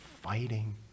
fighting